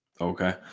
Okay